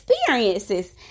Experiences